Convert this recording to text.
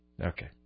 Okay